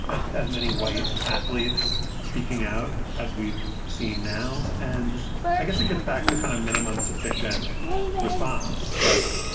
as as many white athletes speaking out as we've seen now. and i guess it gets back to kind of minimum sufficient response. like,